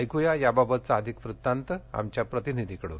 ऐकूया याबाबतचा अधिक वृत्तांत आमच्या प्रतिनिधीकडून